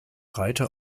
reiter